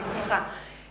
אני שמחה.